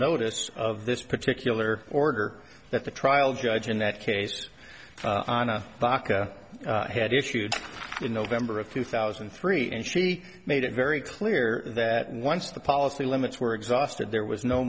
notice of this particular order that the trial judge in that case on a box had issued in november of two thousand and three and she made it very clear that once the policy limits were exhausted there was no